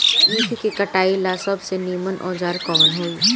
ईख के कटाई ला सबसे नीमन औजार कवन होई?